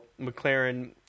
McLaren